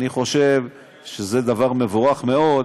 אני חושב שזה דבר מבורך מאוד,